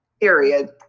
period